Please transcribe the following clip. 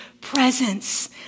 presence